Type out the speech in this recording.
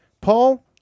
Paul